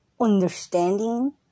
understanding